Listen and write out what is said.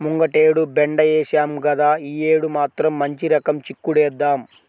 ముంగటేడు బెండ ఏశాం గదా, యీ యేడు మాత్రం మంచి రకం చిక్కుడేద్దాం